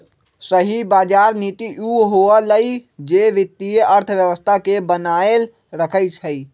सही बजार नीति उ होअलई जे वित्तीय अर्थव्यवस्था के बनाएल रखई छई